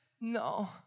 No